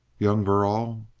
young verrall?